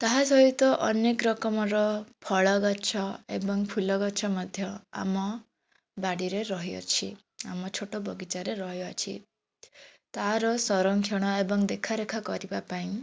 ତାହା ସହିତ ଅନେକ ରକମର ଫଳ ଗଛ ଏବଂ ଫୁଲ ଗଛ ମଧ୍ୟ ଆମ ବାଡ଼ିରେ ରହିଅଛି ଆମ ଛୋଟ ବଗିଚାରେ ରହିଅଛି ତା'ର ସରଂକ୍ଷଣ ଏବଂ ଦେଖାରେଖା କରିବାପାଇଁ